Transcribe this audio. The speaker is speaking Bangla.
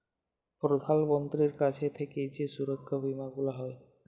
প্রধাল মন্ত্রীর কাছ থাক্যে যেই সুরক্ষা বীমা গুলা হ্যয়